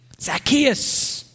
Zacchaeus